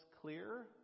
clear